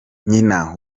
nyina